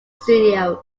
studios